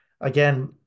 Again